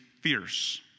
fierce